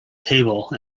table